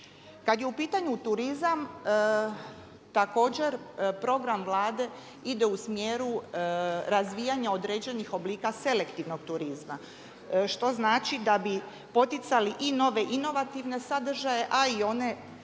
Kad je u pitanju turizam također program Vlade ide u smjeru razvijanja određenih oblika selektivnog turizma što znači da bi poticali i nove inovativne sadržaje, a i one